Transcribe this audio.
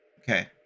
Okay